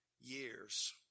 years